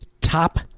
top